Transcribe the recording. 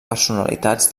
personalitats